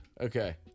Okay